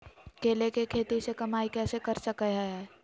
केले के खेती से कमाई कैसे कर सकय हयय?